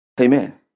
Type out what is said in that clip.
Amen